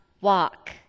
walk